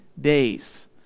days